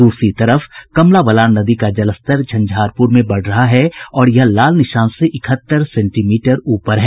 दूसरी तरफ कमला बलान नदी का जलस्तर झंझारपुर में बढ़ रहा है और यह लाल निशान से इकहत्तर सेंटीमीटर ऊपर है